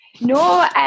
No